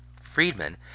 Friedman